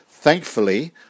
Thankfully